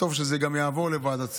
וטוב שזה גם יעבור לוועדת הכספים,